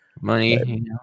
money